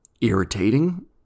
irritating